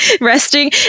resting